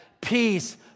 peace